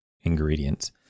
ingredients